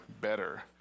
better